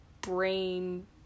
brain